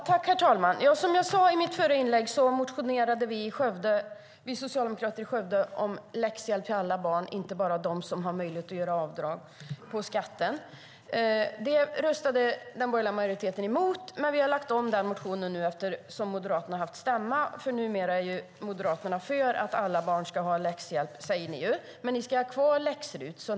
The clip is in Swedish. Herr talman! Som jag sade i mitt förra inlägg motionerade vi socialdemokrater i Skövde om läxhjälp till alla barn och inte bara barn till föräldrar som har möjlighet att göra avdrag på skatten. Det röstade den borgerliga majoriteten emot. Vi har lagt fram den motionen på nytt sedan Moderaterna har haft stämma. Numera är Moderaterna för att alla barn ska ha läxhjälp, säger ni. Men ni ska ha kvar läx-RUT.